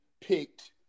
picked